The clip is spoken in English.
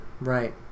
right